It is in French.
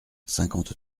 cinquante